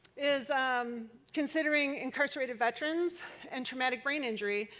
is um considering incarcerated veterans and traumatic brain injury.